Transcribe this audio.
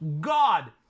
God